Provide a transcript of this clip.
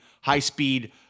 high-speed